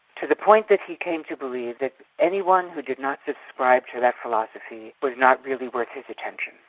to the point that he came to believe that anyone who did not subscribe to that philosophy was not really worth his attention.